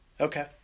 Okay